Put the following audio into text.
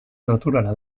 naturala